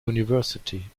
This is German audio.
university